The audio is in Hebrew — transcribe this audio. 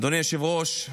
אדוני היושב-ראש,